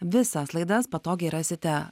visas laidas patogiai rasite